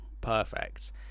perfect